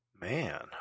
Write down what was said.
Man